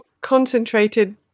concentrated